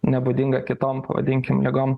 nebūdinga kitom pavadinkim ligom